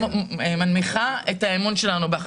רק מנמיכה את האמון שלנו בך.